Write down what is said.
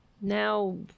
Now